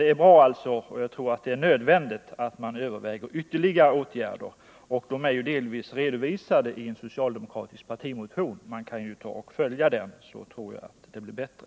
Det är alltså bra och nödvändigt att man överväger ytterligare åtgärder, och de är ju delvis redovisade i en socialdemokratisk partimotion. Man kan följa den, då tror jag det blir bättre.